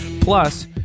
Plus